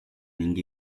ning